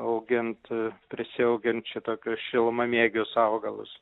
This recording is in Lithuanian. augint prisiaugint šitokius šilumamėgius augalus